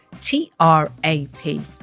T-R-A-P